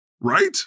right